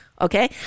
Okay